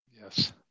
Yes